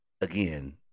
Again